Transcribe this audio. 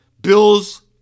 Bills